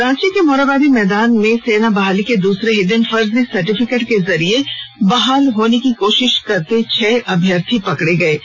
रांची के मोरहाबादी मैदान में सेना में बहाली के द्रसरे ही दिन फर्जी सर्टिफिकेट के जरिए बहाल होने की कोशिश करते छह अभ्यर्थी पकड़े गए हैं